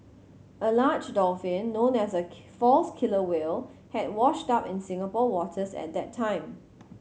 a large dolphin known as a false killer whale had washed up in Singapore waters at that time